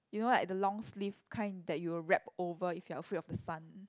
you know like the long sleeve kind that you will wrap over if you are afraid of the sun